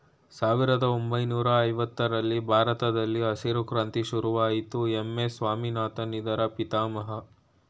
ಸಾವಿರದ ಒಂಬೈನೂರ ಐವತ್ತರರಲ್ಲಿ ಭಾರತದಲ್ಲಿ ಹಸಿರು ಕ್ರಾಂತಿ ಶುರುವಾಯಿತು ಎಂ.ಎಸ್ ಸ್ವಾಮಿನಾಥನ್ ಇದರ ಪಿತಾಮಹ